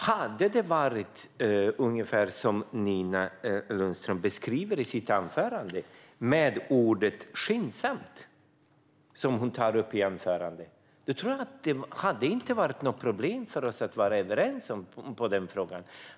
Hade det varit ungefär som Nina Lundström beskriver i sitt anförande med ordet skyndsamt, då tror jag inte att det hade varit något problem för oss att vara överens i den frågan.